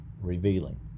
revealing